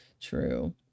true